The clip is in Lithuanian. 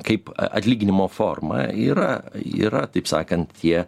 kaip atlyginimo forma yra yra taip sakant tie